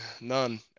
None